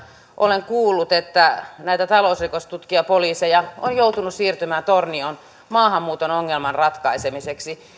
olen kuullut että näitä talousrikostutkijapoliiseja on joutunut siirtymään tornioon maahanmuuton ongelman ratkaisemiseksi